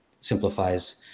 simplifies